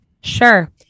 sure